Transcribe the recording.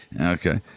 Okay